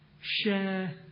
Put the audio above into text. share